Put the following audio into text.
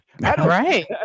right